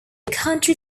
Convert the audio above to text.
country